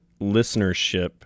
listenership